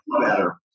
better